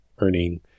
earning